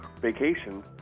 vacation